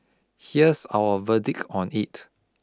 here's our verdict on it